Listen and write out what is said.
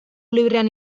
librean